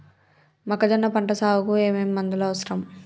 మొక్కజొన్న పంట సాగుకు ఏమేమి మందులు అవసరం?